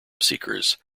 seekers